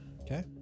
Okay